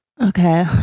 Okay